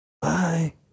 Bye